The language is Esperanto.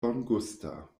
bongusta